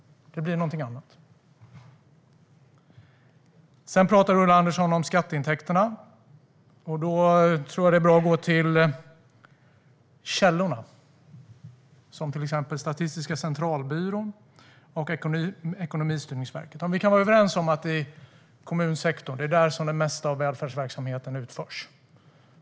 Det blir något annat. Sedan talar Ulla Andersson om skatteintäkterna. Jag tror att det är bra att gå till källorna, till exempel Statistiska centralbyrån och Ekonomistyrningsverket. Vi kan vara överens om att det är i kommunsektorn som det mesta av välfärdsverksamheten utförs.